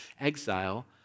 exile